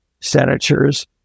senators